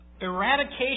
eradication